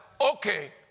okay